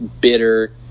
bitter